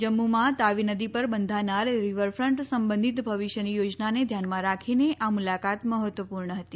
જમ્મુમાં તાવી નદી પર બંધાનાર રિવરફન્ટ સંબંધિત ભવિષ્યની યોજનાને ધ્યાનમાં રાખીને આ મુલાકાત મહત્વપૂર્ણ હતી